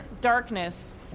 darkness